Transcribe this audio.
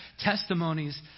testimonies